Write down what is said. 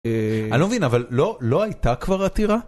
אה... אני מבין, אבל לא הייתה כבר עתירה?